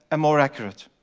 more accurate.